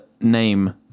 name